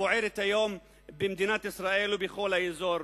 הבוערת היום במדינת ישראל ובכל האזור.